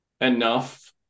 enough